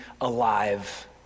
alive